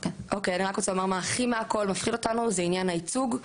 הכי מפחיד אותנו זה עניין הייצוג.